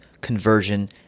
conversion